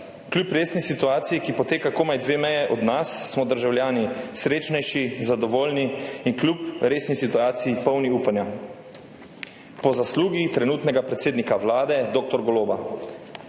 Kljub resni situaciji, ki poteka komaj dve meji od nas, smo državljani srečnejši, zadovoljni in kljub resni situaciji polni upanja – po zaslugi trenutnega predsednika Vlade dr. Goloba.